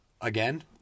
again